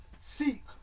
seek